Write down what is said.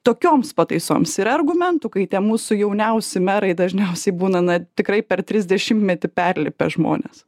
tokioms pataisoms yra argumentų kai tie mūsų jauniausi merai dažniausiai būna na tikrai per trisdešimtmetį perlipę žmonės